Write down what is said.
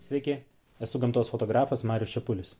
sveiki esu gamtos fotografas marius čepulis